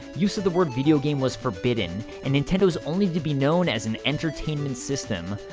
use of the word video game was forbidden, and nintendo was only to be known as an entertainment system.